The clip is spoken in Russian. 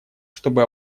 чтобы